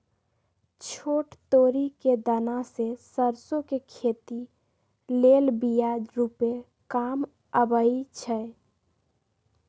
छोट तोरि कें दना से सरसो के खेती लेल बिया रूपे काम अबइ छै